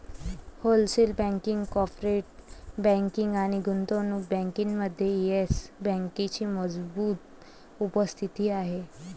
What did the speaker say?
wholesale banking, corporate banking आणि गुंतवणूक बँकिंगमध्ये येस बँकेची मजबूत उपस्थिती आहे